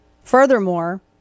Furthermore